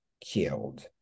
killed